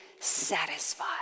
satisfied